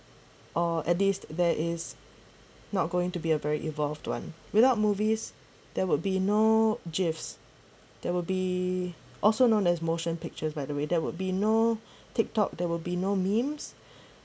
or at least there is not going to be a very evolved one without movies there would be no gifs there will be also known as motion pictures by the way there would be no tiktok there will be no memes